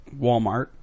Walmart